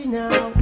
now